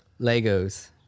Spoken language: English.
Legos